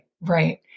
Right